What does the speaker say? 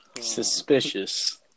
Suspicious